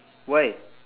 why